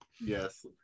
Yes